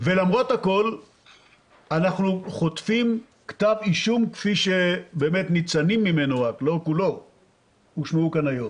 ולמרות הכול אנחנו חוטפים כתב אישום כפי שניצנים ממנו הושמעו כאן היום?